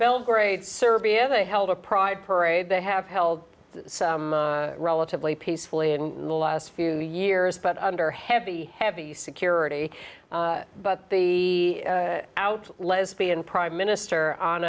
belgrade serbia they held a pride parade they have held relatively peacefully in the last few years but under heavy heavy security but the out lesbian prime minister